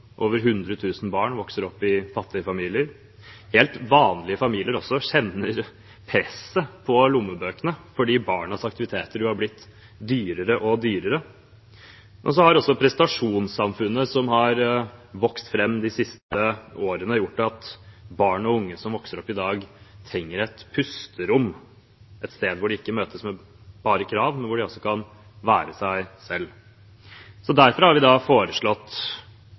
Over 100 000 barn vokser opp i fattige familier. Også helt vanlige familier kjenner presset på lommebøkene fordi barnas aktiviteter har blitt dyrere og dyrere. Men også prestasjonssamfunnet, som har vokst fram de siste årene, har gjort at barn og unge som vokser opp i dag, trenger et pusterom, et sted hvor de ikke bare møtes med krav, men hvor de kan være seg selv. Derfor har vi foreslått